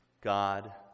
God